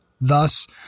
Thus